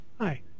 hi